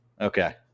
Okay